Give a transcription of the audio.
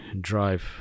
drive